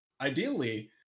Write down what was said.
ideally